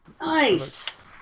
Nice